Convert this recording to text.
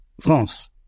France